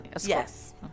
yes